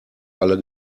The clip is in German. alle